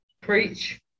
Preach